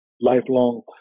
lifelong